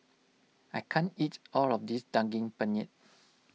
I can't eat all of this Daging Penyet